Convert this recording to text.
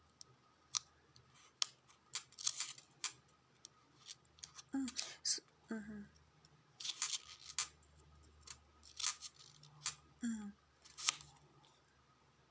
mm so mmhmm mm